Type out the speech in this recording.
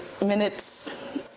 minutes